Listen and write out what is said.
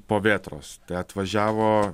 po vėtros atvažiavo